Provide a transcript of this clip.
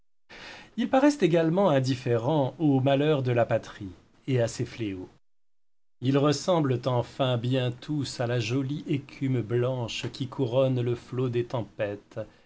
ils paraissent également indifférents aux malheurs de la patrie et à ses fléaux ils ressemblent bien enfin tous à la jolie écume blanche qui couronne le flot des tempêtes